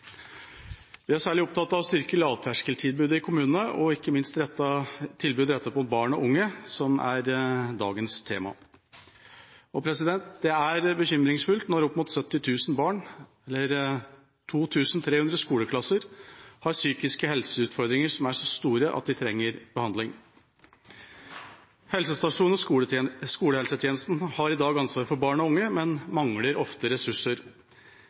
Vi er særlig opptatt av å styrke lavterskeltilbudet i kommunene – ikke minst tilbudet rettet mot barn og unge som er dagens tema. Det er bekymringsfullt når opp mot 70 000 barn, eller 2 300 skoleklasser, har psykiske helseutfordringer som er så store at de trenger behandling. Helsestasjon- og skolehelsetjenesten har i dag ansvar for barn og unge, men mangler ofte ressurser.